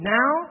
Now